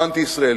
הוא אנטי-ישראלי,